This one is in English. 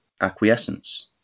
acquiescence